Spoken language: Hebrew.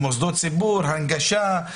מוסדות ציבור, הנגשה,